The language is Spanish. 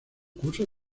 curso